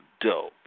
dope